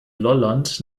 lolland